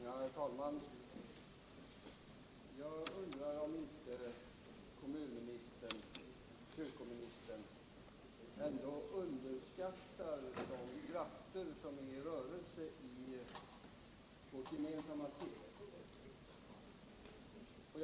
Herr talman! Jag undrar om inte kommunministern-kyrkoministern ändå underskattar de krafter som är i rörelse i vårt gemensamma stift.